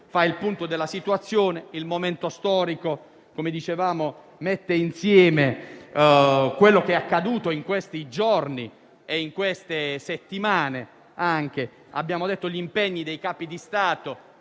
fa il punto della situazione. Il momento storico, come dicevamo, mette insieme quello che è accaduto in questi giorni e in queste settimane. Abbiamo parlato degli impegni che i Capi di Stato